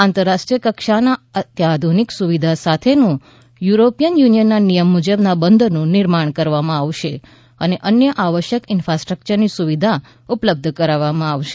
આંતરરાષ્ટ્રીય કક્ષાનો અત્યાધુનિક સુવિધા સાથેનું યુરોપીયન યુનિયનનાં નિયમ મુજબના બંદરનું નિર્માણ કરવામાં આવશે અને અન્ય આવશ્યક ઇન્સફાટ્રકચરની સુવિધા ઉપલબ્ધ કરાવવામાં આવશે